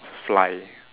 fly